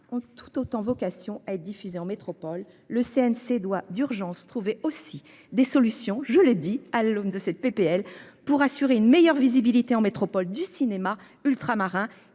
ont tout autant vocation à être diffusée en métropole le CNC doit d'urgence trouver aussi des solutions. Je l'ai dit à l'aune de cette PPL pour assurer une meilleure visibilité en métropole du cinéma ultramarins